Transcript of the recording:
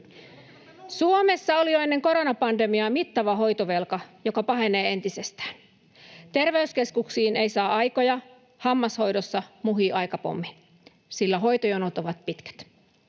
Suomessa oli jo ennen koronapandemiaa mittava hoitovelka, joka pahenee entisestään. Terveyskeskuksiin ei saa aikoja. Hammashoidossa muhii aikapommi, sillä hoitojonot ovat pitkät.